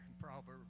Proverbs